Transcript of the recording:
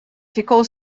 ficou